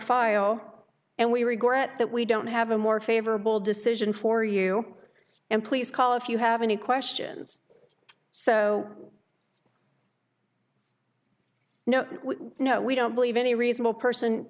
fire and we regret that we don't have a more favorable decision for you and please call if you have any questions so no no we don't believe any reasonable person